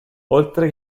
oltre